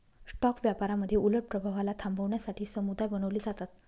stock व्यापारामध्ये उलट प्रभावाला थांबवण्यासाठी समुदाय बनवले जातात